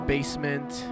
Basement